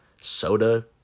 soda